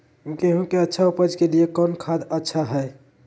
गेंहू के अच्छा ऊपज के लिए कौन खाद अच्छा हाय?